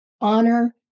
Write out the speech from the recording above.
Honor